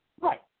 Right